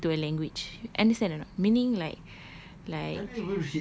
make it into a language understand or not meaning like like